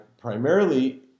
primarily